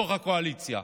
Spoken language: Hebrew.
בתוך הקואליציה.